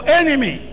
enemy